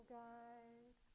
guide